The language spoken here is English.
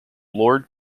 lord